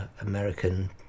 American